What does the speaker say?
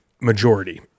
majority